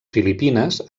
filipines